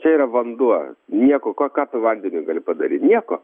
čia yra vanduo nieko ko ką tu vandeniui gali padaryti nieko